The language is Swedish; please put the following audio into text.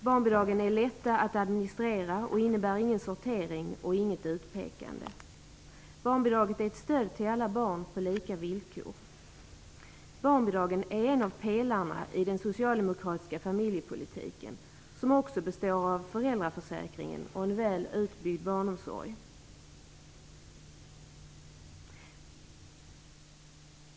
Barnbidraget är lätt att administrera och innebär ingen sortering och inget utpekande. Barnbidraget är ett stöd till alla barn på lika villkor. Barnbidraget är en av pelarna i den socialdemokratiska familjepolitiken, som också består av föräldraförsäkringen och en väl utbyggd barnomsorg.